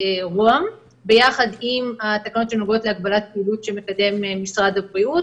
רוה"מ ביחד עם התקנות שנוגעות להגבלת פעילות שמקדם משרד הבריאות.